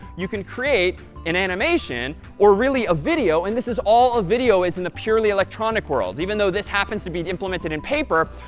you can create an animation, or, really, a video. and this is all a video is in a purely electronic world. even though this happens to be implemented in paper,